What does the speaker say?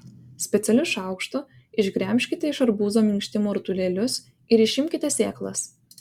specialiu šaukštu išgremžkite iš arbūzo minkštimo rutulėlius ir išimkite sėklas